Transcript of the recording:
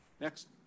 Next